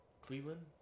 cleveland